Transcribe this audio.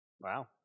Wow